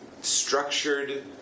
structured